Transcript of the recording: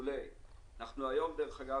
דרך אגב,